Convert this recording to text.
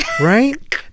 right